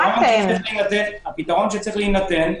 הפתרון שצריך להינתן,